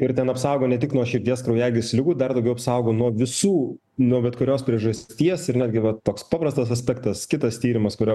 ir ten apsaugo ne tik nuo širdies kraujagys ligų dar daugiau apsaugo nuo visų nuo bet kurios priežasties ir netgi vat toks paprastas aspektas kitas tyrimas kuriuo